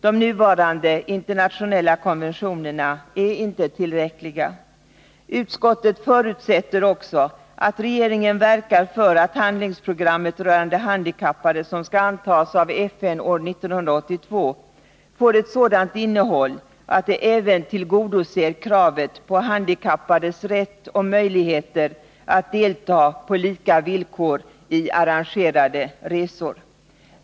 De nuvarande internationella konventionerna är inte tillräckliga. Utskottet förutsätter också att regeringen verkar för att handlingsprogrammet rörande handikappade som skall antas av FN år 1982 får ett sådant innehåll att det även tillgodoser kravet på handikappades rätt och möjligheter att delta på lika villkor i arrangerade resor.